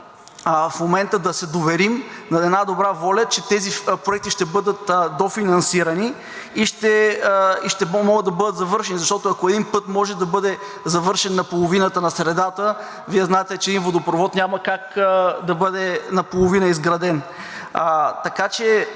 в момента да се доверим на една добра воля, че тези проекти ще бъдат дофинансирани и ще могат да бъдат завършени. Защото, ако един път може да бъде завършен на половината, на средата, Вие знаете, че и водопровод няма как да бъде наполовина изграден. Така че